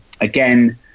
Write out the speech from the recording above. again